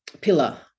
pillar